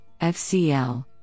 FCL